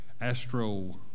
Astro